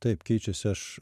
taip keičiasi aš